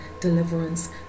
deliverance